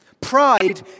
pride